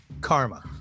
karma